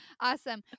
Awesome